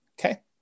Okay